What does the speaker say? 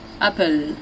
Apple